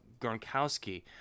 Gronkowski